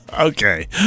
Okay